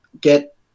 get